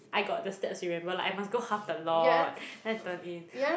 I got the stats remember like I must go half the lot then I turn in